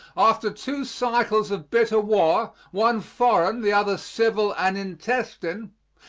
after two cycles of bitter war, one foreign, the other civil and intestine,